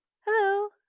hello